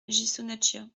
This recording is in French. ghisonaccia